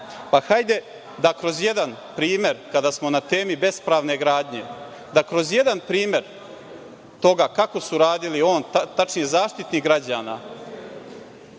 pa hajde da kroz jedan primer kada smo na temi bespravne gradnje, da kroz jedan primer toga kako je radio Zaštitnik građana